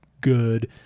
good